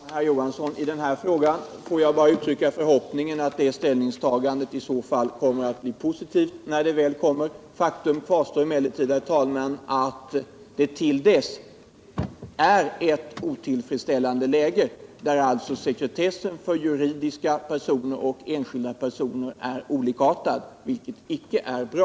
Herr talman! Jag skall inte söka sak med herr Johansson i den här frågan. Låt mig bara uttrycka förhoppningen att ställningstagandet blir positivt när det väl kommer. Faktum kvarstår emellertid, herr talman, att det till dess är ett otillfredsställande läge. Sekretessen för juridiska personer och för enskilda personer är olikartad, vilket icke är bra.